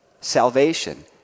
salvation